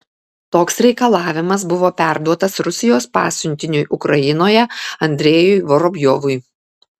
toks reikalavimas buvo perduotas rusijos pasiuntiniui ukrainoje andrejui vorobjovui